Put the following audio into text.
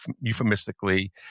euphemistically